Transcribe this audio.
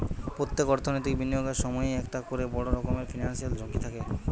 পোত্তেক অর্থনৈতিক বিনিয়োগের সময়ই একটা কোরে বড় রকমের ফিনান্সিয়াল ঝুঁকি থাকে